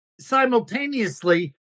simultaneously